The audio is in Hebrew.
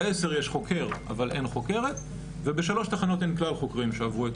ב-10 יש חוקר אבל אין חוקרת וב-3 תחנות אין כלל חוקרים שעברו את